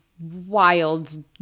wild